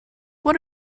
what